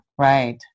Right